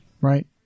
right